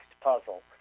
puzzle